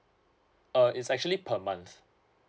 uh is actually per month